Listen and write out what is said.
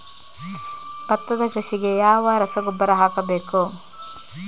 ಭತ್ತದ ಕೃಷಿಗೆ ಯಾವ ರಸಗೊಬ್ಬರ ಹಾಕಬೇಕು?